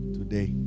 today